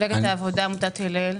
מפלגת העבודה, עמותת הלל.